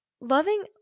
loving